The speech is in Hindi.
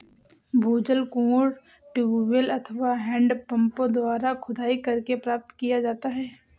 भूजल कुओं, ट्यूबवैल अथवा हैंडपम्पों द्वारा खुदाई करके प्राप्त किया जाता है